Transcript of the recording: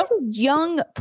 young